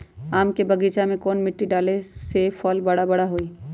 आम के बगीचा में कौन मिट्टी डाले से फल बारा बारा होई?